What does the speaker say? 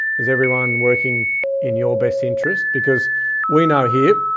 is everyone working in your best interest? because we know here,